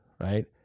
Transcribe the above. right